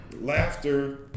laughter